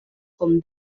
com